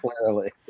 clearly